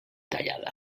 tallada